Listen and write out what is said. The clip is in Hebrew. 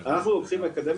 אנחנו לוקחים מקדם